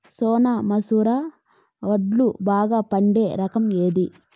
సోనా మసూర వడ్లు బాగా పండే రకం ఏది